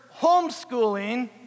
homeschooling